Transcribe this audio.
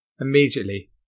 Immediately